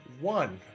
One